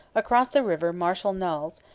across the river marshal noailles,